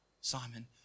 Simon